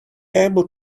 able